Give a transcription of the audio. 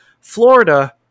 Florida